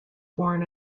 born